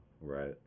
Right